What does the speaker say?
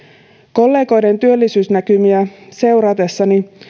kollegoiden työllisyysnäkymiä seuratessani